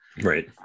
Right